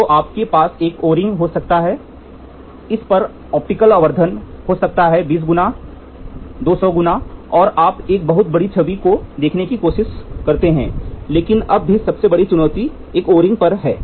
तो आपके पास एक ओ रिंग हो सकता है इस पर ऑप्टिकली आवर्धन हो सकता है 20 गुना 200 गुना और आप एक बहुत बड़ी छवि को देखने की कोशिश करते हैं लेकिन अब भी सबसे बड़ी चुनौती एक ओ रिंग पर है